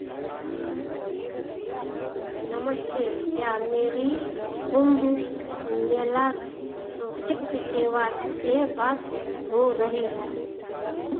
नमस्ते क्या मेरी कुम्भ मेला स्वैच्छिक सेवा से बात हो रही है